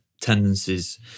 tendencies